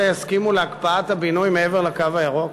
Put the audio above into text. יסכימו להקפאת הבינוי מעבר לקו הירוק,